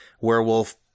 werewolf